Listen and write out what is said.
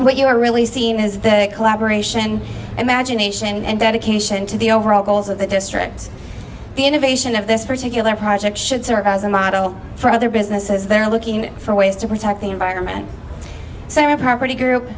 what you are really seeing his collaboration imagination and dedication to the overall goals of the districts the innovation of this particular project should serve as a model for other businesses they're looking for ways to protect the environment pretty group